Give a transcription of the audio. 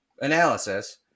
analysis